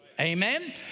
Amen